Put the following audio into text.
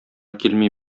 килми